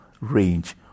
range